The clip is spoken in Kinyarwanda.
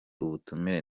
ubutumire